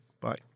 Bye